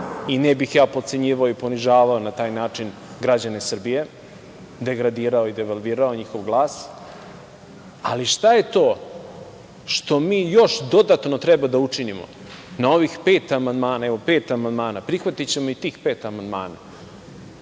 i ne bih ja potcenjivao i ponižavao na taj način građane Srbije, degradirao i devalvirao njihov glas, ali šta je to što mi još dodatno možemo da učinimo na ovih pet amandmana, prihvatićemo i tih pet amandmana,